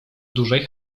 dużej